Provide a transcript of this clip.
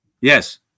Yes